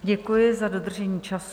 Děkuji za dodržení času.